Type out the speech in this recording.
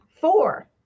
Four